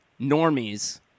normies